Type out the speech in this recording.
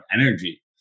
energy